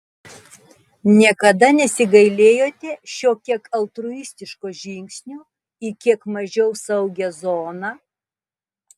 niekada nesigailėjote šio kiek altruistiško žingsnio į kiek mažiau saugią zoną